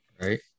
right